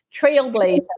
trailblazer